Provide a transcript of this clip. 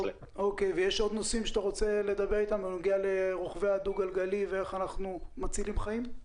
יש עוד נושאים שאתה רוצה לדבר איתנו לגבי רוכבי הדו-גלגלי והצלת חיים?